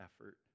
effort